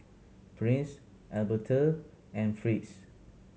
Prince Albertha and Fritz